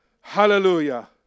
Hallelujah